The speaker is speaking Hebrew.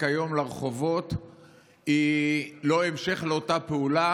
היום לרחובות היא לא המשך לאותה פעולה,